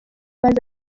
maze